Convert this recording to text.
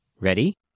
Ready